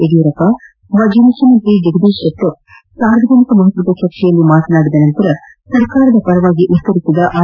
ಯಡಿಯೂರಪ್ಪ ಮಾಜಿ ಮುಖ್ಯಮಂತ್ರಿ ಜಗದೀತ್ ಶೆಟ್ಟರ್ ಸಾರ್ವಜನಿಕ ಮಹತ್ವದ ಚರ್ಚೆಯಲ್ಲಿ ಮಾತನಾಡಿದ ನಂತರ ಸರ್ಕಾರದ ಪರವಾಗಿ ಉತ್ತರಿಸಿದ ಆರ್